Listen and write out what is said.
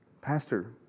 Pastor